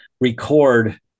record